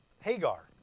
Hagar